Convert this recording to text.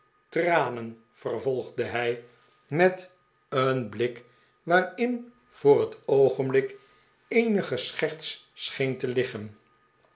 tranen vervolgde hij met een blik waarin voor het oogenblik eenige scherts scheen te liggen